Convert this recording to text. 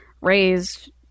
raised